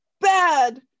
bad